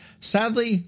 Sadly